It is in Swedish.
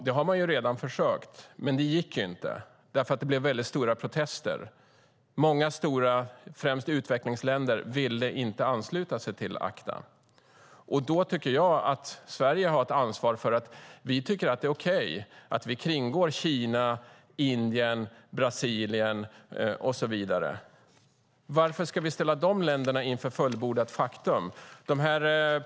Detta har man försökt, men det gick inte för det blev mycket stora protester. Många stora länder, främst utvecklingsländer, ville inte ansluta sig till ACTA. Då tycker jag att Sverige har ett ansvar. Vi tycker alltså att det är okej att kringgå Kina, Indien, Brasilien och så vidare. Varför ska vi ställa de länderna inför fullbordat faktum?